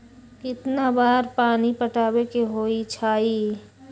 कितना बार पानी पटावे के होई छाई?